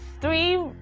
three